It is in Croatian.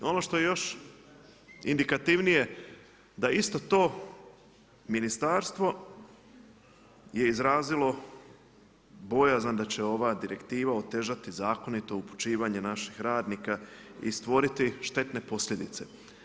Ono što je još indikativnije da je isto to ministarstvo izrazilo bojazan da će ova direktiva otežati zakonito upućivanje naših radnika i stvoriti štetne posljedice.